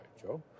Joe